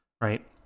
right